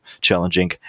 challenging